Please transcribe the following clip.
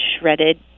shredded